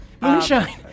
Moonshine